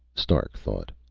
stark thought.